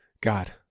God